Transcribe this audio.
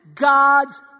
God's